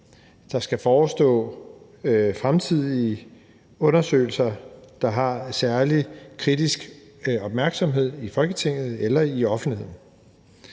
der skal forestå fremtidige undersøgelser, der har særlig kritisk opmærksomhed i Folketinget eller i offentligheden.